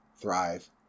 thrive